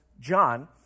John